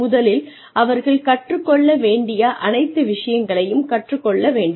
முதலில் அவர்கள் கற்றுக் கொள்ள வேண்டிய அனைத்து விஷயங்களையும் கற்றுக் கொள்ள வேண்டும்